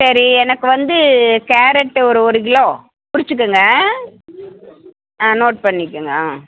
சேரி எனக்கு வந்து கேரட்டு ஒரு ஒரு கிலோ குறிச்சிக்கங்க ஆ நோட் பண்ணிக்குங்க ஆ